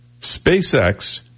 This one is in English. SpaceX